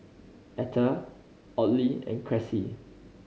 Etta Audley and Cressie